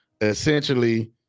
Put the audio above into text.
essentially